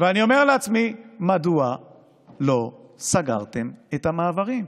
מדוע לא סגרתם את המעברים?